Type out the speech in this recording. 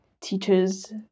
teacher's